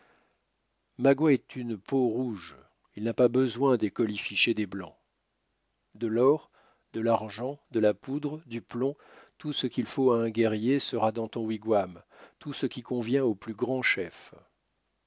magua est une peau-rouge il n'a pas besoin des colifichets des blancs de l'or de l'argent de la poudre du plomb tout ce qu'il faut à un guerrier sera dans ton wigwam tout ce qui convient au plus grand chef